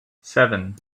seven